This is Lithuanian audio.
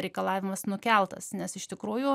reikalavimas nukeltas nes iš tikrųjų